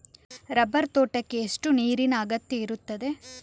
Rubber ತೋಟಕ್ಕೆ ಎಷ್ಟು ನೀರಿನ ಅಗತ್ಯ ಇರುತ್ತದೆ?